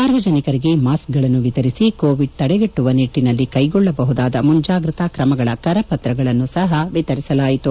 ಸಾರ್ವಜನಿಕರಿಗೆ ಮಾಸ್ಕ್ಗಳನ್ನು ವಿತರಿಸಿ ಕೋವಿಡ್ ತಡೆಗಣ್ಚುವ ನಿಟ್ಟಿನಲ್ಲಿ ಕೈಗೊಳ್ಳಬಹುದಾದ ಮುಂಜಾಗ್ರತಾ ಕ್ರಮಗಳ ಕರಪತ್ರಗಳನ್ನು ಸಹ ವಿತರಿಸಲಾಯಿತು